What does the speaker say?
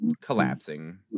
collapsing